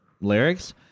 lyrics